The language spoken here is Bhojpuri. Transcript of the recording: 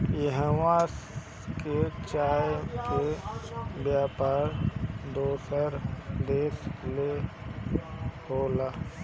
इहवां के चाय के व्यापार दोसर देश ले होला